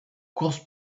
course